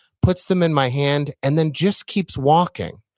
puts them in my hand, and then just keeps walking,